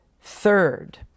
Third